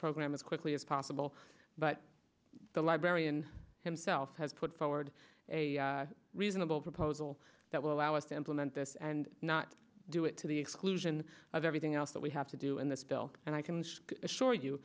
program as quickly as possible but the librarian himself has put forward a reasonable proposal that will allow us to implement this and not do it to the exclusion of everything else that we have to do and that's del and i can assure you